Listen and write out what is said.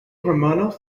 hormonal